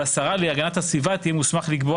והשרה להגנת הסביבה תהיה מוסמכת לקבוע